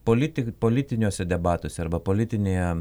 politik politiniuose debatuose arba politinėje